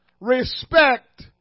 respect